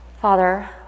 father